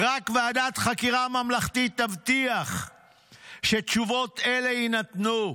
"רק ועדת חקירה ממלכתית תבטיח שתשובות אלה יינתנו.